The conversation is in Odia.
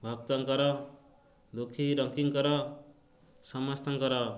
ଭକ୍ତଙ୍କର ଦୁଖୀ ରଙ୍କୀଙ୍କର ସମସ୍ତଙ୍କର